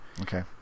Okay